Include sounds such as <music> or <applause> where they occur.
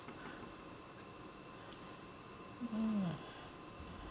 mm mm <noise>